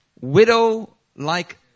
widow-like